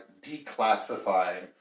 declassifying